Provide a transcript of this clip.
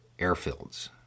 airfields